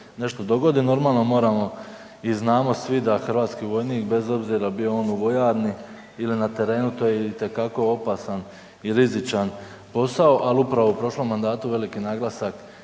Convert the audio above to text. nešto dogodi. Moramo i znamo svi da hrvatski vojnik bez obzira bio on u vojarni ili na terenu to je itekako opasan i rizičan posao. Ali upravo u prošlom mandatu veliki naglasak